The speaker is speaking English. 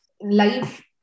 life